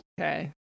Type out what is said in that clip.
Okay